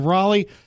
Raleigh